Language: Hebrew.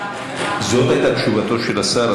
זאת הייתה תשובתו של השר.